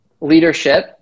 leadership